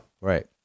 Right